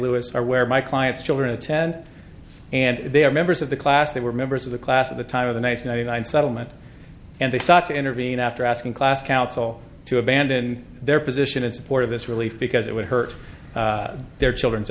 louis are where my clients children attend and they are members of the class they were members of the class of the time of the ninety nine settlement and they sought to intervene after asking class counsel to abandon their position in support of this relief because it would hurt their children's